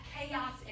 chaos